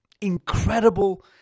incredible